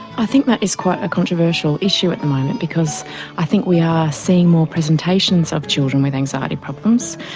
i think that is quite a controversial issue at the moment, because i think we are seeing more presentations of children with anxiety problems,